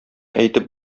әйтеп